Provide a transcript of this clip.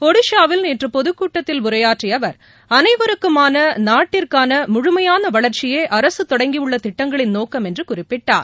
ஒடிசாவில் நேற்று பொதுக்கூட்டத்தில் உரையாற்றிய அவர் அனைவருக்குமான நாட்டிற்கான முழுமையான வளர்ச்சியே அரக தொடங்கியுள்ள திட்டங்களின் நோக்கம் என்று குறிப்பிட்டார்